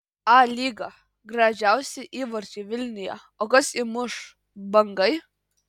a lyga gražiausi įvarčiai vilniuje o kas įmuš bangai